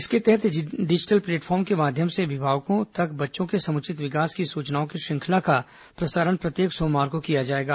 इसके तहत digital platform के माध्यम से अभिभावकों तक बच्चों के समुचित विकास की सूचनाओं की श्रृंखला का प्रसारण प्रत्येक सोमवार को किया जाएगा